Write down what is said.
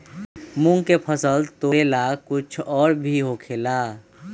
मूंग के फसल तोरेला कुछ और भी होखेला?